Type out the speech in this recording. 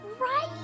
right